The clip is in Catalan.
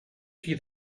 qui